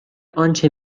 آنچه